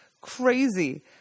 Crazy